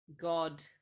god